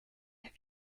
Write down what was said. have